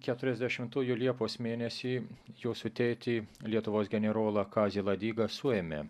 keturiasdešimtųjų liepos mėnesį jūsų tėtį lietuvos generolą kazį ladigą suėmė